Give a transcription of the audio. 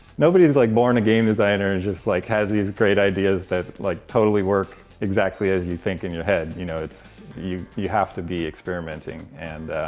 nobody is like born a game designer, just like has these great ideas that like totally work exactly as you think in your head. you know, it's you you have to be experimenting, and